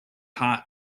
hot